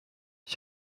ich